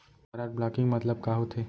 Card blocking मतलब का होथे?